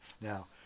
now